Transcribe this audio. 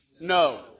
No